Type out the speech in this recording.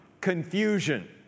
confusion